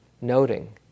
noting